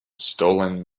stolen